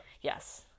Yes